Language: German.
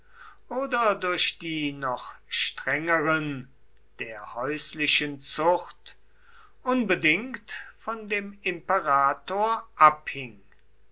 oder durch die noch strengeren der häuslichen zucht unbedingt von dem imperator abhing